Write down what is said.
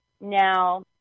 Now